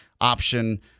option